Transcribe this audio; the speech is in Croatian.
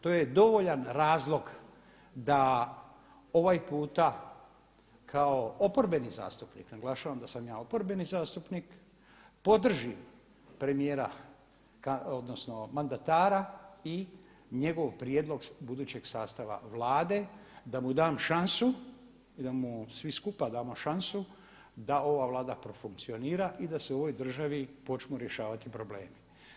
To je dovoljan razlog da ovaj puta kao oporbeni zastupnik, naglašavam da sam ja oporbeni zastupnik podrži premijera odnosno mandatara i njegov prijedlog budućeg sastava Vlade, da mu dam šansu i da mu svi skupa damo šansu da ova Vlada profunkcionira i da se u ovoj državi počnu rješavati problemi.